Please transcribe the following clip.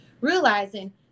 realizing